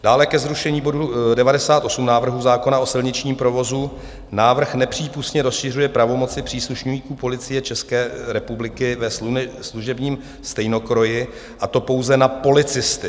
Dále ke zrušení bodu 98 návrhu zákona o silničním provozu: návrh nepřípustně rozšiřuje pravomoci příslušníků policie České republiky ve služebním stejnokroji, a to pouze na policisty.